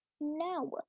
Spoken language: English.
No